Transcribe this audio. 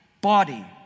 body